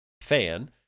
fan